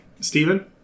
Stephen